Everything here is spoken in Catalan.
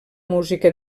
música